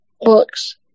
books